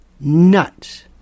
nuts